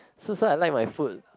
so so I like my food